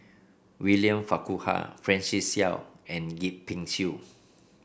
William Farquhar Francis Seow and Yip Pin Xiu